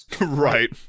right